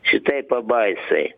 šitai pabaisai